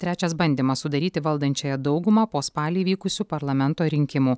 trečias bandymas sudaryti valdančiąją daugumą po spalį vykusių parlamento rinkimų